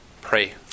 Pray